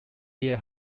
bear